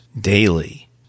daily